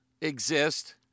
exist